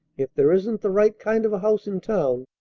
if there isn't the right kind of a house in town,